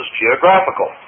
geographical